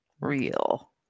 Real